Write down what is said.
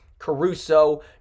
Caruso